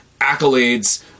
accolades